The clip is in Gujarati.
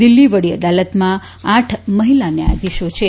દિલ્હી વડી અદાલતમાં આઠ મહિલા ન્યાયાધીશો છે